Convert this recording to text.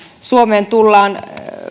suomeen tullaan